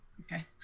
Okay